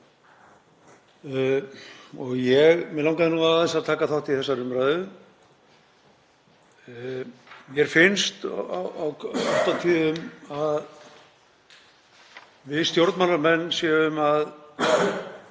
Mig langaði aðeins að taka þátt í þessari umræðu. Mér finnst oft á tíðum að við stjórnmálamenn séum í